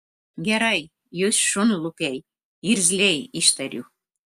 gerai jūs šunlupiai irzliai ištariu